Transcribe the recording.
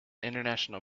international